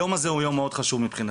היום הזה הוא יום מאוד חשוב מבחינתי,